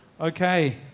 Okay